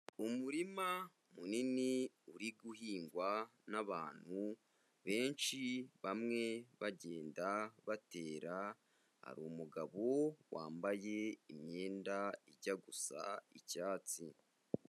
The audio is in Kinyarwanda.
Umurima munini uri guhingwa n'abantu benshi bamwe bagenda batera, hari umugabo wambaye imyenda ijya gusa icyatsi.